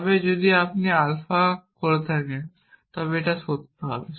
তবে আপনি যদি আলফা করে থাকেন তবে এখানে সত্য হবে